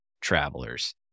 travelers